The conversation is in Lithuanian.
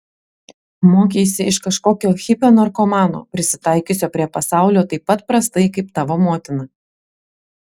mokeisi iš kažkokio hipio narkomano prisitaikiusio prie pasaulio taip pat prastai kaip tavo motina